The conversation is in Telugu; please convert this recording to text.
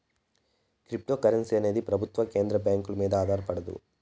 క్రిప్తోకరెన్సీ అనేది ప్రభుత్వం కేంద్ర బ్యాంకుల మీద ఆధారపడదు